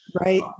Right